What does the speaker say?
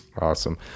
Awesome